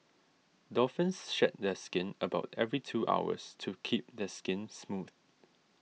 dolphins shed their skin about every two hours to keep their skin smooth